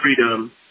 freedom